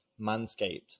manscaped